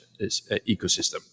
ecosystem